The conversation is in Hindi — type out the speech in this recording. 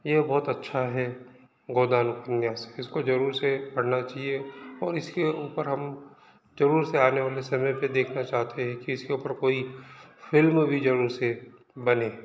यह बहुत अच्छा है गोदान उपन्यास इसको ज़रूर से पढ़ना चाहिए और इसके ऊपर हम ज़रूर से आनेवाले समय पर देखना चाहते हैं कि इसके ऊपर कोई फ़िल्म भी ज़रूर से बने